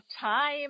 time